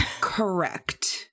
correct